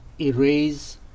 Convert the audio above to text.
erase